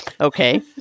okay